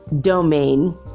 domain